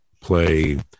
play